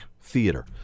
theater